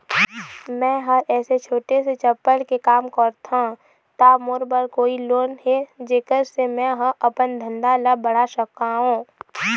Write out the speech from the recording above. मैं हर ऐसे छोटे से चप्पल के काम करथों ता मोर बर कोई लोन हे जेकर से मैं हा अपन धंधा ला बढ़ा सकाओ?